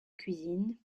cuisine